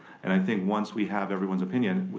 and i think once we have everyone's opinion,